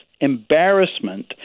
embarrassment